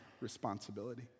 responsibility